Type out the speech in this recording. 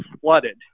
flooded